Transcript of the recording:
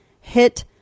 hit